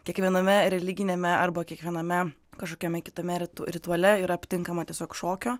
kiekviename religiniame arba kiekviename kažkokiame kitame rituale yra aptinkama tiesiog šokio